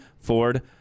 Ford